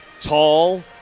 tall